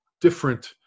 different